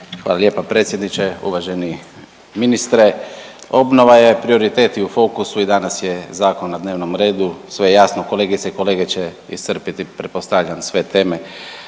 Hvala lijepa predsjedniče. Uvaženi ministre, obnova je prioritet i u fokusu i danas je zakon na dnevnom redu, sve je jasno kolegice i kolege će iscrpiti pretpostavljam sve teme